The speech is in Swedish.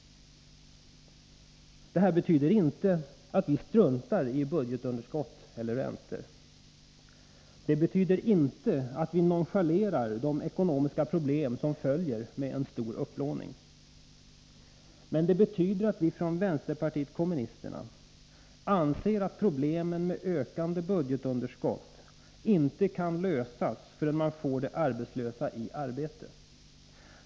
Detta betyder inte att vi struntar i budgetunderskott eller räntor. Det betyder inte att vi nonchalerar de ekonomiska problem som följer med en stor upplåning. Men det betyder att vi från vänsterpartiet kommunisterna anser att problemen med ökande budgetunderskott inte kan lösas förrän man får de arbetslösa i arbete.